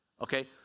Okay